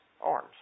arms